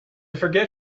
forget